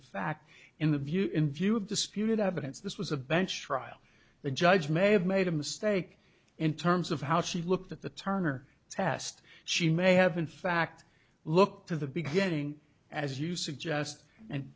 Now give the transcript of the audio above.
of fact in the view in view of disputed evidence this was a bench trial the judge may have made a mistake in terms of how she looked at the turner test she may have in fact looked to the beginning as you suggest and